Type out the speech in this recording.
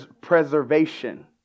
Preservation